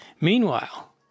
Meanwhile